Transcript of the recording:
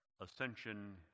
Ascension